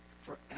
forever